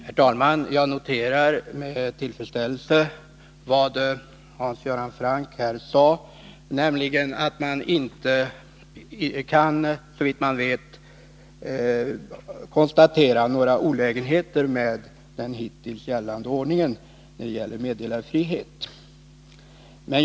Herr talman! Jag noterar med tillfredsställelse vad Hans Göran Franck här sagt, nämligen att man — såvitt bekant — inte kan konstatera några olägenheter med den hittills gällande ordningen rörande meddelarfriheten.